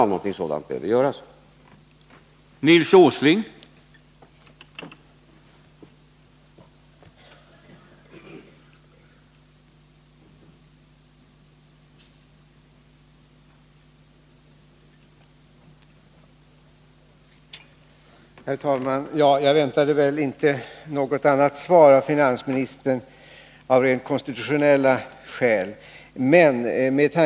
Om någonting sådant behöver göras måste riksbanken få bedöma.